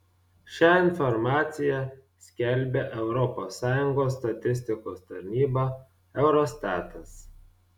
šią informaciją skelbia europos sąjungos statistikos tarnyba eurostatas